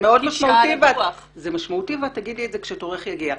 זה מאוד משמעותי ואת תגידי את זה כשתורך יגיע.